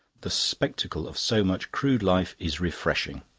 the spectacle of so much crude life is refreshing.